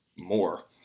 more